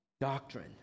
doctrine